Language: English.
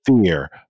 Fear